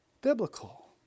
biblical